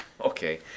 Okay